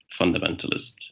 fundamentalist